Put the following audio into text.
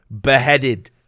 beheaded